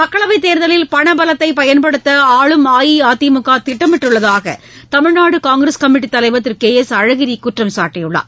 மக்களவைத் தேர்தலில் பண பலத்தை பயன்படுத்த ஆளும் அஇஅதிமுக திட்டமிட்டுள்ளதாக தமிழ்நாடு காங்கிரஸ் கமிட்டித் தலைவர் திரு கே எஸ் அழகிரி குற்றம் சாட்டியுள்ளார்